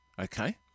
okay